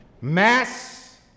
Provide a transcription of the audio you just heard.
Mass